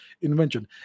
invention